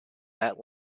bat